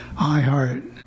iHeart